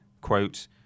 Quote